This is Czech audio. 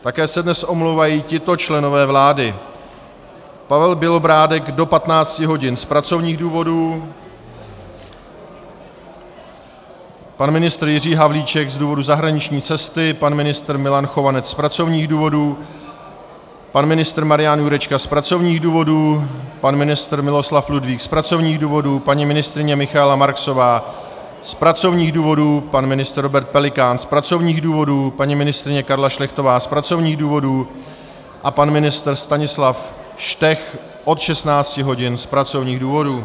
Také se dnes omlouvají tito členové vlády: Pavel Bělobrádek do 15.00 hodin z pracovních důvodů, pan ministr Jiří Havlíček z důvodů zahraniční cesty, pan ministr Milan Chovanec z pracovních důvodů, pan ministr Marian Jurečka z pracovních důvodů, pan ministr Miloslav Ludvík z pracovních důvodů, paní ministryně Michaela Marksová z pracovních důvodů, pan ministr Robert Pelikán z pracovních důvodů, paní ministryně Karla Šlechtová z pracovních důvodů a pan ministr Stanislav Štech od 16.00 hodin z pracovních důvodů.